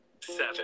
seven